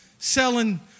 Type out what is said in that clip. Selling